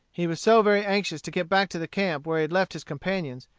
he was so very anxious to get back to the camp where he had left his companions,